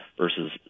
versus